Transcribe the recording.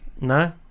No